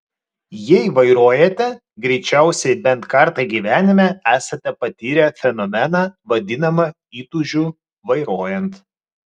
jei vairuojate greičiausiai bent kartą gyvenime esate patyrę fenomeną vadinamą įtūžiu vairuojant